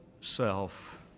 self